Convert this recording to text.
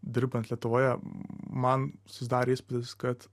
dirbant lietuvoje man susidarė įspūdis kad